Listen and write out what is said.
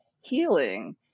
healing